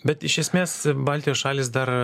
bet iš esmės baltijos šalys dar